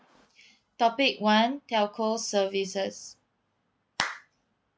topic one telco services